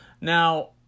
Now